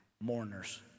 mourners